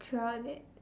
throughout that